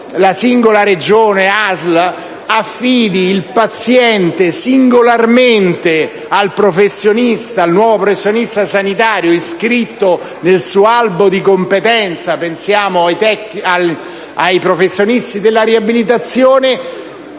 la singola Regione o ASL affidi il paziente singolarmente al nuovo professionista sanitario iscritto nel suo albo di competenza (pensiamo ai professionisti della riabilitazione),